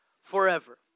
forever